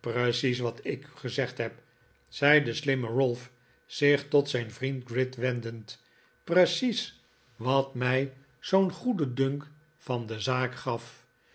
precies wat ik u gezegd heb zei de slimme ralph zich tot zijn vriend gride wendend precies wat mij zoo'n goeden dunk van de zaak gaf